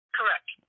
Correct